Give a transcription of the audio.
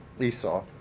Esau